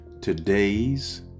Today's